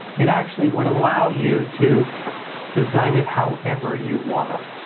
it actually would allow you to design it however you want.